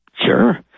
Sure